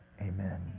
amen